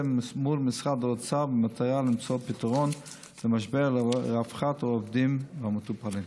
מול משרד האוצר במטרה למצוא פתרון למשבר לרווחת העובדים והמטופלים.